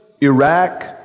Iraq